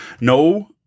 No